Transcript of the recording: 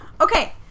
Okay